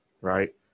right